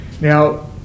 Now